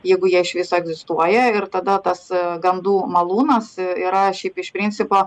jeigu jie iš viso egzistuoja ir tada tas gandų malūnas yra šiaip iš principo